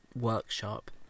workshop